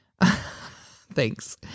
Thanks